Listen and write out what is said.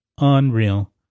Unreal